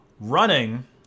running